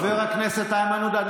אתה הֵסַתָּ חבר הכנסת איימן עודה,